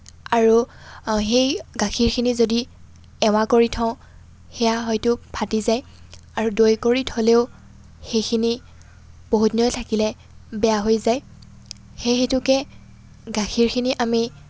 আৰু সেই গাখীৰখিনি যদি এৱাঁ কৰি থওঁ সেয়া হয়টো ফাটি যায় আৰু দৈ কৰি থ'লেও সেইখিনি বহু দিনলৈ থাকিলে বেয়া হৈ যায় সেই হেতুকে গাখীৰখিনি আমি